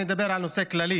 אני אדבר על נושא כללי